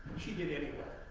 he didn't have